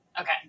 Okay